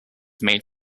made